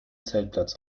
zeltplatz